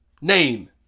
Name